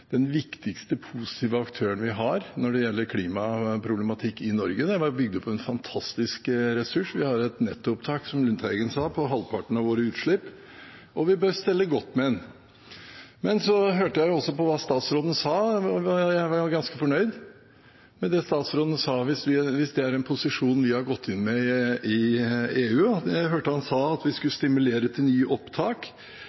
den viktigste positive aktøren vi har når det gjelder klimaproblematikk i Norge. Det er bygd opp en fantastisk ressurs. Vi har et nettoopptak, som representanten Lundteigen sa, på halvparten av våre utslipp, og vi bør stelle godt med den. Så hørte jeg også hva statsråden sa. Jeg er ganske fornøyd med det statsråden sa, hvis det er en posisjon vi har gått inn med i EU. Jeg hørte ham si at vi